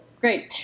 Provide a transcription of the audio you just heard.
Great